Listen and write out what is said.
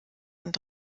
und